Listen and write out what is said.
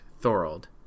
Thorold